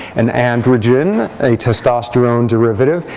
an androgen, a testosterone derivative,